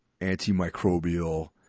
antimicrobial